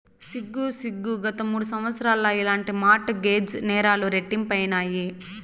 సిగ్గు సిగ్గు, గత మూడు సంవత్సరాల్ల ఇలాంటి మార్ట్ గేజ్ నేరాలు రెట్టింపైనాయి